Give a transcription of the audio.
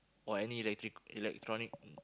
or any electric electronic